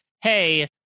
hey